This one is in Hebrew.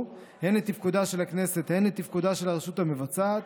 הן לתפקודה של הכנסת הן לתפקודה של הרשות המבצעת,